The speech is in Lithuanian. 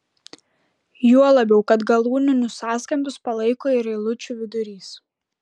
juo labiau kad galūninius sąskambius palaiko ir eilučių vidurys